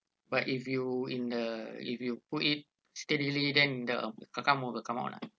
but if you in the if you put it steadily then the will come out lah